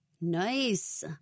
Nice